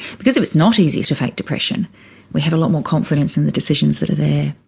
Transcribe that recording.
because if it's not easy to fake depression we have a lot more confidence in the decisions that are there.